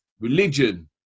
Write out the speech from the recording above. religion